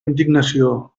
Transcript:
indignació